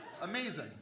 Amazing